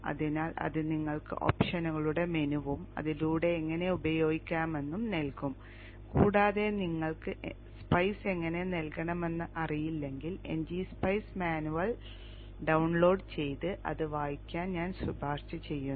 അതിനാൽ അത് നിങ്ങൾക്ക് ഓപ്ഷനുകളുടെ മെനുവും അതിലൂടെ എങ്ങനെ ഉപയോഗിക്കാമെന്നും നൽകും കൂടാതെ നിങ്ങൾക്ക് spice എങ്ങനെ നൽകണമെന്ന് അറിയില്ലെങ്കിൽ ngSpice മാനുവൽ ഡൌൺലോഡ് ചെയ്ത് അത് വായിക്കാൻ ഞാൻ ശുപാർശ ചെയ്യുന്നു